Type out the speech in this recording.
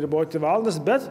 riboti valandas bet